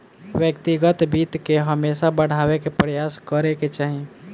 व्यक्तिगत वित्त के हमेशा बढ़ावे के प्रयास करे के चाही